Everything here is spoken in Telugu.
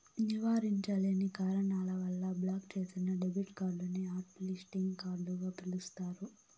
నివారించలేని కారణాల వల్ల బ్లాక్ చేసిన డెబిట్ కార్డుని హాట్ లిస్టింగ్ కార్డుగ పిలుస్తారు